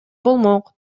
болмок